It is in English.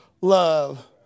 love